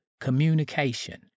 communication